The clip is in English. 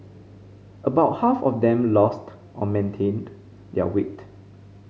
about half of them lost or maintained their weight